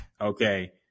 Okay